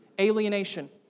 alienation